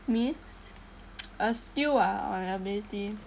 me a skill [what] or an ability